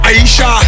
Aisha